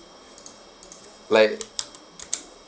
like